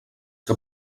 que